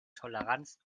toleranz